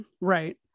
Right